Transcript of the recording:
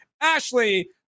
Ashley